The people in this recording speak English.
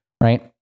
right